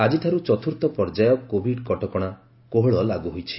ଆଜିଠାରୁ ଚତୁର୍ଥପର୍ଯ୍ୟାୟ କୋଭିଡ କଟକଣା କୋହଳ ଲାଗୁ ହୋଇଛି